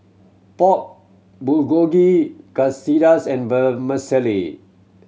Pork Bulgogi Quesadillas and Vermicelli